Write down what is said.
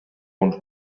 uns